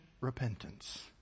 repentance